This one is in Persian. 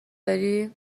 داری